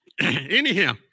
Anyhow